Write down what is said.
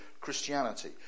Christianity